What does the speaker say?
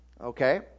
Okay